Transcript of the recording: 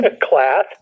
class